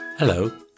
Hello